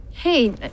Hey